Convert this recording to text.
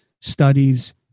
studies